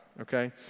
okay